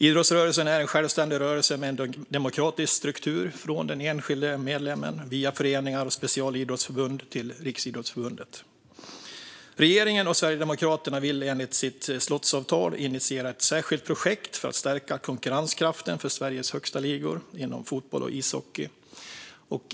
Idrottsrörelsen är en självständig rörelse med en demokratisk struktur, från den enskilde medlemmen via föreningar och specialidrottsförbund till Riksidrottsförbundet. Regeringen och Sverigedemokraterna vill enligt sitt slottsavtal initiera ett särskilt projekt för att stärka konkurrenskraften för Sveriges högstaligor inom fotboll och ishockey.